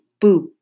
boop